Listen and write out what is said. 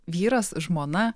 vyras žmona